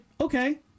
okay